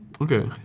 Okay